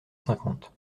cinquante